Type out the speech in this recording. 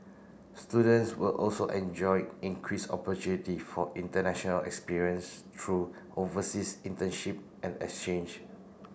students will also enjoy increase opportunity for international experience through overseas internship and exchange